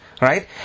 right